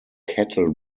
cattle